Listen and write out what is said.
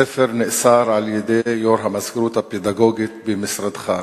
הספר נאסר על-ידי יושב-ראש המזכירות הפדגוגית במשרדך.